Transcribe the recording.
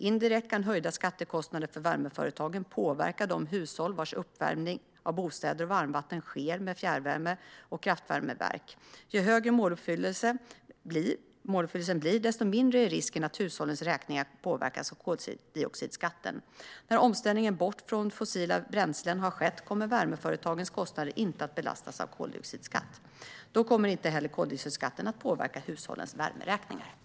Indirekt kan höjda skattekostnader för värmeföretagen påverka de hushåll vars uppvärmning av bostäder och varmvatten sker med fjärrvärme från kraftvärme och värmeverk. Ju högre måluppfyllelsen blir, desto mindre är risken att hushållens räkningar påverkas av koldioxidskatten. När omställningen bort från fossila bränslen har skett kommer värmeföretagens kostnader inte att belastas av koldioxidskatt. Då kommer heller inte koldioxidskatten att påverka hushållens värmeräkningar.